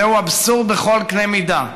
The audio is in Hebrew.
זהו אבסורד בכל קנה מידה,